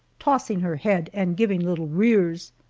tossing her head, and giving little rears.